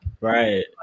right